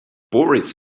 boris